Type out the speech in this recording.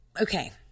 Okay